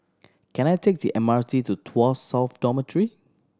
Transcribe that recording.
can I take the M R T to Tuas South Dormitory